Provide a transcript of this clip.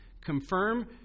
confirm